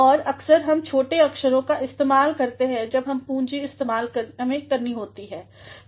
और अक्सर हम छोटे अक्षरों का इस्तेमाल करते हैं जब हमें पूंजीइस्तेमाल करनी होती है